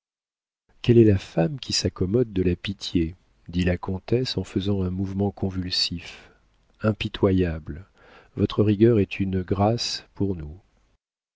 quelle est la femme qui s'accommode de la pitié dit la comtesse en faisant un mouvement convulsif impitoyables votre rigueur est une grâce pour nous